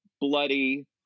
bloody